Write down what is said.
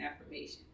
affirmation